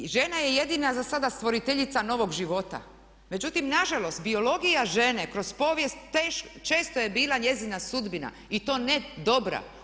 I žena je jedina za sada stvoriteljica novog života, međutim nažalost biologija žene kroz povijest često je bila njezina sudbina i to ne dobra.